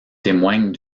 témoignent